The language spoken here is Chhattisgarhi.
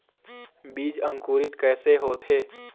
बीज अंकुरित कैसे होथे?